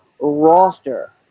roster